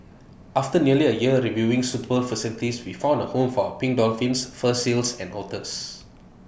after nearly A year reviewing suitable facilities we found A home for pink dolphins fur seals and otters